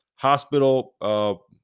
Hospital